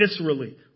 viscerally